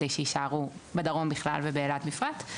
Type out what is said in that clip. כדי שיישארו בדרום בכלל ובאילת בפרט.